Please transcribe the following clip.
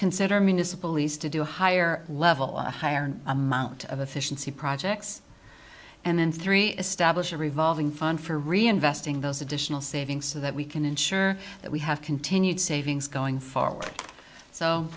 consider municipal lease to do a higher level of a higher amount of official sea projects and then three establish a revolving fund for reinvesting those additional savings so that we can ensure that we have continued savings going forward so